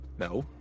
No